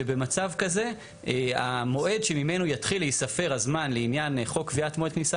שבמצב כזה המועד שממנו יתחיל להיספר הזמן לעניין חוק קביעת מועד כניסה